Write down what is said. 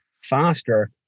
faster